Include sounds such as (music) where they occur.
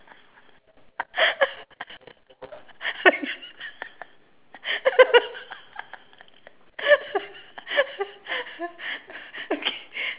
(laughs) okay